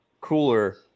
cooler